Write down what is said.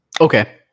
Okay